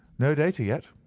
no data yet,